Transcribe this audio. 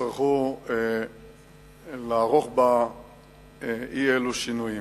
יצטרכו לערוך בה אי-אלו שינויים,